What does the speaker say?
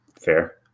Fair